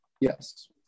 Yes